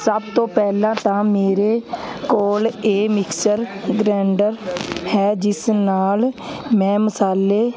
ਸਭ ਤੋਂ ਪਹਿਲਾਂ ਤਾਂ ਮੇਰੇ ਕੋਲ ਇਹ ਮਿਕਸਚਰ ਗਰੈਂਡਰ ਹੈ ਜਿਸ ਨਾਲ ਮੈਂ ਮਸਾਲੇ